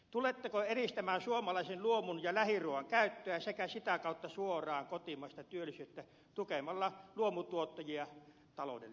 tuletteko edistämään suomalaisen luomu ja lähiruuan käyttöä sekä sitä kautta suoraan kotimaista työllisyyttä tukemalla luomutuottajia taloudellisesti